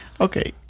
Okay